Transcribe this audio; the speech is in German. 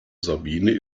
sabine